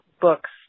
books